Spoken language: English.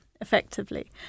effectively